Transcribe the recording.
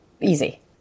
easy